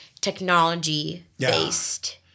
technology-based